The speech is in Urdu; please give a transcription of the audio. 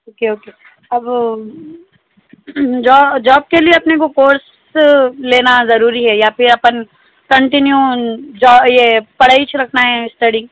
اوکے اوکے اب جاب کے لیے اپنے کو کورس لینا ضروری ہے یا پھر اپن کنٹینیو جا یہ پڑھائیچ رکھنا ہے اسٹڈی